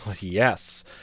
yes